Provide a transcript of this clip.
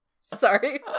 sorry